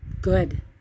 good